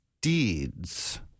deeds